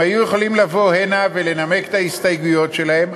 הם היו יכולים לבוא הנה ולנמק את ההסתייגויות שלהם,